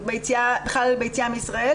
ביציאה מישראל,